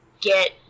get